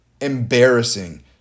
embarrassing